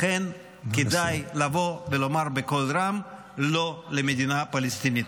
לכן, כדאי לבוא ולומר בקול רם לא למדינה פלסטינית.